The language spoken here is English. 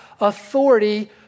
authority